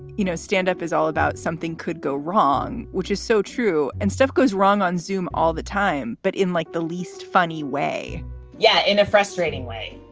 you know, standup is all about something could go wrong, which is so true and stuff goes wrong on zoom all the time. but in like the least funny way yeah. in a frustrating way.